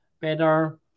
better